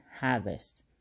harvest